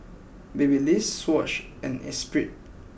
Babyliss Swatch and Esprit